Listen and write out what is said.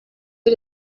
iri